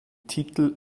titel